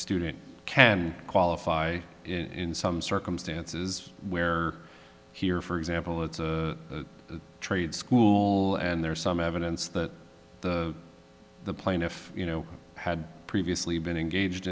student can qualify in some circumstances where here for example it's a trade school and there is some evidence that the plaintiff you know had previously been engaged